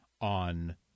on